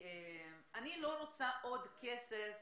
אני לא רוצה עוד כסף,